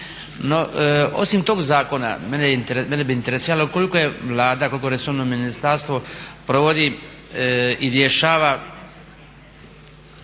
osim toga zakona mene bi interesiralo koliko je Vlada, koliko resorno ministarstvo provodi i rješava,